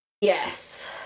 Yes